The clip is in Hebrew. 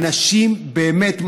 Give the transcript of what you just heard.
אנשים באמת מדהימים,